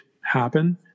happen